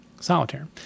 Solitaire